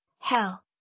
hell